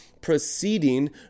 proceeding